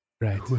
right